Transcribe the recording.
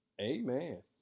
amen